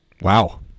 Wow